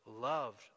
loved